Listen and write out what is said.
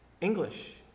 English